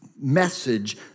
message